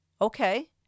Okay